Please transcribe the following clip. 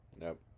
Nope